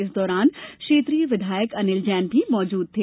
इस दौरान क्षेत्रीय विधायक अनिल जैन भी मौजूद थे